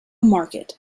market